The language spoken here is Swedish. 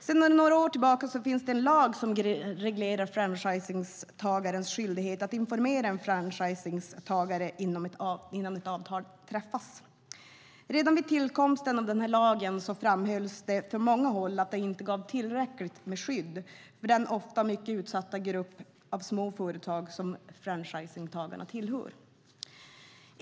Sedan några år tillbaka finns det en lag som reglerar franchisegivarens skyldighet att informera en franchisetagare innan ett avtal träffas. Redan vid tillkomsten av denna lag framhölls det från många håll att den inte gav ett tillräckligt skydd för den ofta mycket utsatta grupp av småföretagare som franchisetagarna utgör.